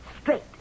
Straight